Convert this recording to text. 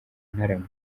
ntarama